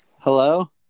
Hello